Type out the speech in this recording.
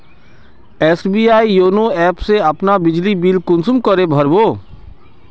SBI YONO app से अपना बिजली बिल कुंसम करे भर बो?